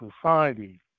Society